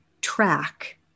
track